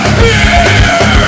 beer